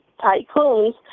tycoons